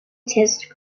assisted